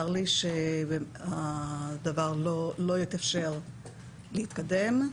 צר לי שהדבר לא התאפשר להתקדם.